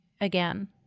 again